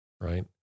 right